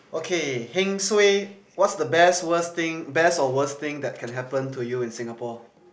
okay heng suay what's the best worst thing best or worst thing that can happen to you in Singapore